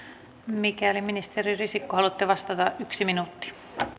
mikäli ministeri risikko haluatte vastata yksi minuutti